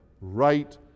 right